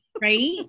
Right